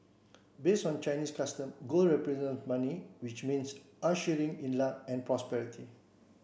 based on Chinese customs gold represents money which means ushering in luck and prosperity